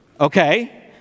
okay